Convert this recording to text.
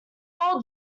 old